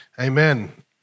Amen